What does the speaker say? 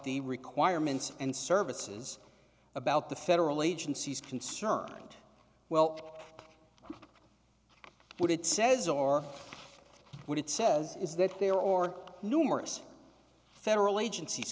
the requirements and services about the federal agencies concerned well what it says or what it says is that there are numerous federal agencies